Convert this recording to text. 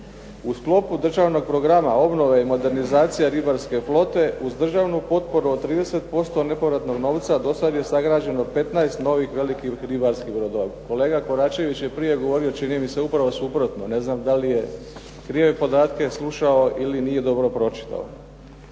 U sklopu državnog programa obnove i modernizacija ribarske flote uz državnu potporu od 30% nepovratnog novca dosad je sagrađeno 15 novih velikih ribarskih brodova. Kolega Koračević je prije govorio čini mi se upravo suprotno. Ne znam da li je krive podatke slušao ili nije dobro pročitao.